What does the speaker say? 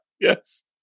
Yes